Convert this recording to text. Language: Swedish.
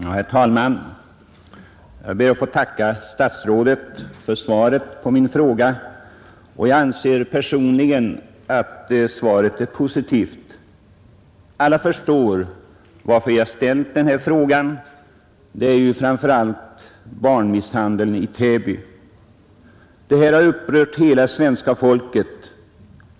Herr talman! Jag ber att få tacka statsrådet för svaret på min fråga och jag anser personligen att det är positivt. Alla förstår varför jag ställt frågan; det är framför allt med anledning av barnmisshandeln i Täby. Den har upprört hela svenska folket.